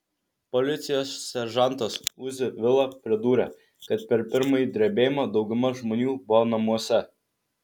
policijos seržantas uzi vila pridūrė kad per pirmąjį drebėjimą dauguma žmonių buvo namuose